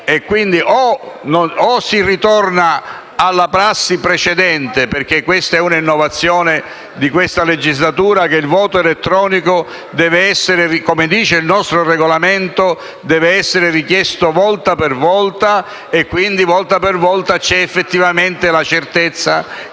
di ritornare alla prassi precedente, perché questa è un'innovazione dell'attuale legislatura. Il voto elettronico, come dice il nostro Regolamento, deve essere richiesto volta per volta così da avere effettivamente la certezza